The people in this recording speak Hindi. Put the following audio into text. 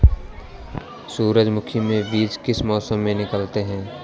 सूरजमुखी में बीज किस मौसम में निकलते हैं?